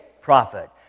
prophet